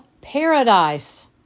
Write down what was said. paradise